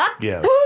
Yes